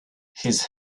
his